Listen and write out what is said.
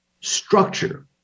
structure